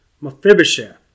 Mephibosheth